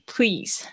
Please